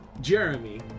Jeremy